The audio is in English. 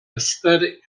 aesthetic